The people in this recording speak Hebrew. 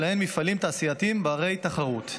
שלהן מפעלים תעשייתיים בני-תחרות.